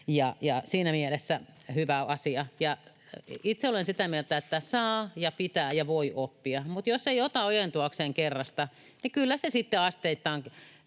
Siinä mielessä tämä on hyvä asia. Itse olen sitä mieltä, että saa ja pitää ja voi oppia, mutta jos ei ota ojentuakseen kerrasta, niin kyllä se sitten asteittain.